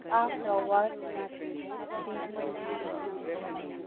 आप्रवासमाथिको BBC report देखाउनुहोस्